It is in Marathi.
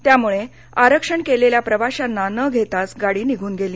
त्यामुळे आरक्षण केलेल्या प्रवाशांना न घेताच गाडी निघून गेली